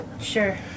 Sure